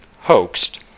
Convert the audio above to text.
Hoaxed